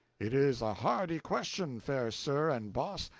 it is a hardy question, fair sir and boss,